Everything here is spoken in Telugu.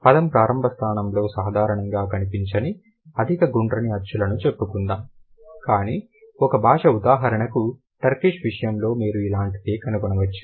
పదం ప్రారంభ స్థానంలో సాధారణంగా కనిపించని అధిక గుండ్రని అచ్చులను చెప్పుకుందాం కానీ ఒక భాష ఉదాహరణకు టర్కిష్ విషయంలో మీరు ఇలాంటిదే కనుగొనవచ్చు